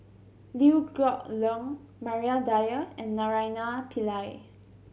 Liew Geok Leong Maria Dyer and Naraina Pillai